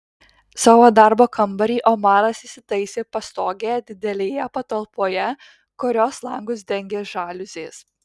savo darbo kambarį omaras įsitaisė pastogėje didelėje patalpoje kurios langus dengė žaliuzės